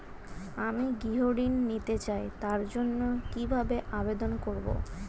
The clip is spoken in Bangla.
আমি গৃহ ঋণ নিতে চাই তার জন্য কিভাবে আবেদন করব?